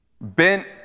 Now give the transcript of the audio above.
bent